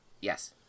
Yes